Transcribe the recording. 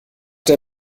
der